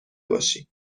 باشین